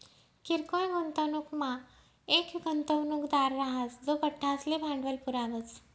किरकोय गुंतवणूकमा येक गुंतवणूकदार राहस जो बठ्ठासले भांडवल पुरावस